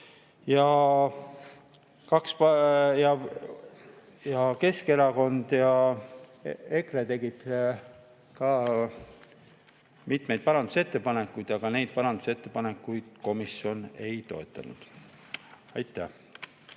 eraldatud. Keskerakond ja EKRE tegid ka mitmeid parandusettepanekuid, aga neid parandusettepanekuid komisjon ei toetanud. Aitäh!